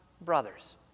brothers